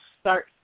start